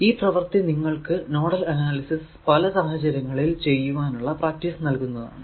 ഈ പ്രവർത്തി നിങ്ങൾക്കു നോഡൽ അനാലിസിസ് പല സാഹചര്യങ്ങളിൽ ചെയ്യുവാനുള്ള പ്രാക്ടീസ് നൽകുന്നതാണ്